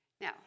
Now